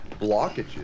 blockages